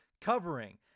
covering